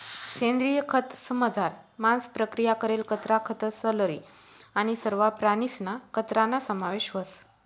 सेंद्रिय खतंसमझार मांस प्रक्रिया करेल कचरा, खतं, स्लरी आणि सरवा प्राणीसना कचराना समावेश व्हस